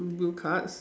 blue cards